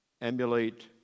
Emulate